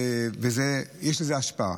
ויש לזה השפעה.